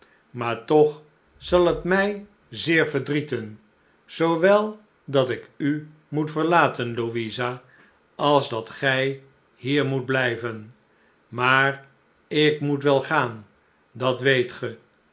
maar toch zal het mij zeer verdrieten zoowel dat ik u moet verlaten louisa als dat gij hier moet blijven maar ik moet wel gaan dat weet ge